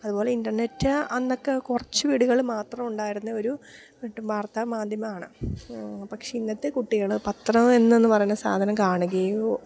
അതുപോലെ ഇൻ്റർനെറ്റ് അന്നൊക്കെ കുറച്ചു വീടുകളില് മാത്രം ഉണ്ടായിരുന്ന ഒരു വാർത്താ മാധ്യമമാണ് പക്ഷെ ഇന്നത്തെ കുട്ടികള് പത്രം എന്നു പറയുന്ന സാധനം കാണുകയോ